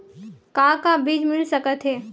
का का बीज मिल सकत हे?